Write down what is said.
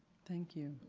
thank you.